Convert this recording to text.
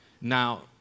Now